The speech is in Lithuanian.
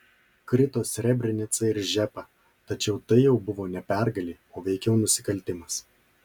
krito srebrenica ir žepa tačiau tai jau buvo ne pergalė o veikiau nusikaltimas